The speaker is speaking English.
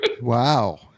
Wow